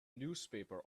newspaper